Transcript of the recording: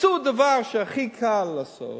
חיפשו את הדבר שהכי קל לעשות,